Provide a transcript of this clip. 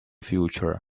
future